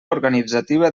organitzativa